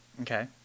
Okay